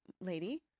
Lady